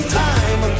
time